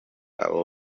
abo